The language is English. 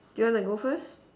do you want to go first